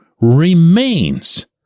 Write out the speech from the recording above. remains